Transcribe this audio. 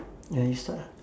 ya you start lah